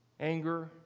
anger